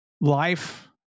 life